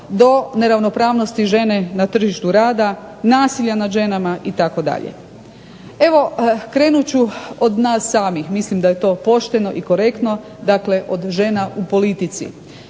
do neravnopravnosti žene na tržištu rada, nasilja nad ženama itd. Evo krenut ću od nas samih, mislim da je to pošteno i korektno, dakle od žena u politici.